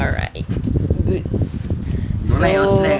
alright good so